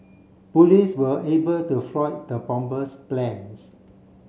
police were able to foil the bomber's plans